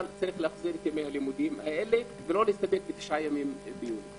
אבל יש להחזיר את ימי הלימודים האלה ולא להסתפק בתשעה ימי לימוד ביולי.